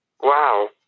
Wow